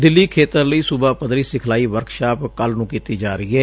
ਦਿਲੀ ਖੇਤਰ ਲਈ ਸੂਬਾ ਪੱਧਰੀ ਸਿਖਲਾਈ ਵਰਕਸਾਪ ਕਲ੍ਹ ਨੂੰ ਕੀਤੀ ਜਾ ਰਹੀ ਏ